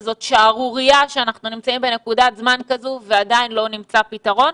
וזאת שערורייה שאנחנו נמצאים בנקודת זמן כזו ועדיין לא נמצא פתרון.